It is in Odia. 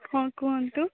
ହଁ କୁହନ୍ତୁ